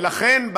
ולכן,